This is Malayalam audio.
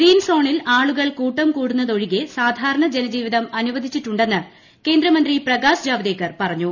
ഗ്രീൻ സോണിൽ ആളുകൾ കൂട്ടം കൂടുന്നതൊഴികെ സാധാരണ് ജ്ണ്ജീവിതം അനുവദിച്ചിട്ടുണ്ടെന്ന് കേന്ദ്രമന്ത്രി പ്രകാശ് ജാവ്ദ്ദേക്കർ പറഞ്ഞു